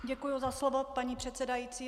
Děkuji za slovo, paní předsedající.